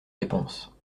réponses